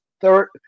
third